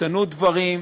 השתנו דברים,